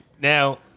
Now